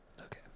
Okay